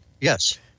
Yes